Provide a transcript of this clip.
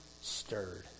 stirred